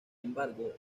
embargo